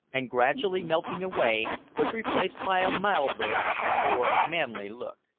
and gradually melting away, was replaced by a milder and more manly look.